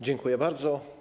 Dziękuję bardzo.